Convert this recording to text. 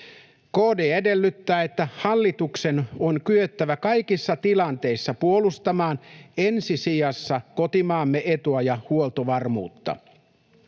KD edellyttää, että hallituksen on kyettävä kaikissa tilanteissa puolustamaan ensi sijassa kotimaamme etua ja huoltovarmuutta.